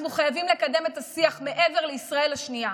אנחנו חייבים לקדם את השיח מעבר לישראל השנייה.